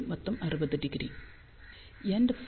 எனவே மொத்தம் 60°